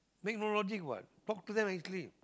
make no logic what talk to them nicely